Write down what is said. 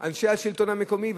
אנשי השלטון המקומי,